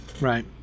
Right